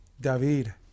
David